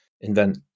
invent